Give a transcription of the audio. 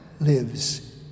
lives